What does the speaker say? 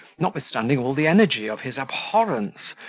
notwithstanding all the energy of his abhorrence,